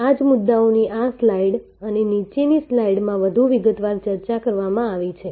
આ જ મુદ્દાઓની આ સ્લાઇડ અને નીચેની સ્લાઇડમાં વધુ વિગતવાર ચર્ચા કરવામાં આવી છે